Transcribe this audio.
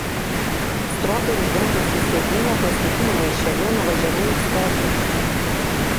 stropiai uždengusi sėdynę plastikiniu maišeliu nuvažiavau į stotį